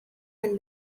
and